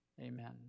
Amen